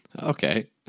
Okay